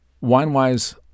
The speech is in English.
Wine-wise